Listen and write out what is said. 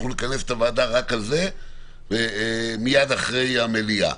אנחנו נכנס את הוועדה רק על זה מיד אחרי המליאה.